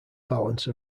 balance